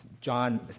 John